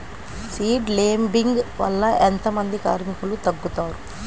Seed లేంబింగ్ వల్ల ఎంత మంది కార్మికులు తగ్గుతారు?